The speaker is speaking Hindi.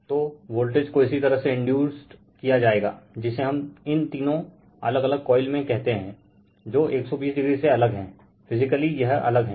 तो वोल्टेज को इसी तरह से इंडयुसड किया जाएगा जिसे हम इन तीनो अलग अलग कोइल में कहते हैं जो 120o से अलग हैं फिजीकली यह अलग हैं